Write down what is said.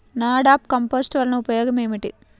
NADEP compost వలన ఉపయోగం ఏమిటి?